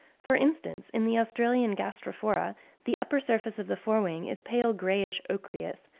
for instance, in the australian gastrophora the upper surface of the fore-wing is pale greyish-ochreous,